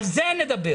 על זה נדבר.